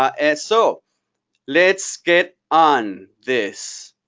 and so let's get on this.